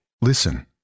Listen